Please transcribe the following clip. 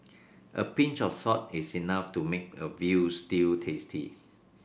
a pinch of salt is enough to make a veal stew tasty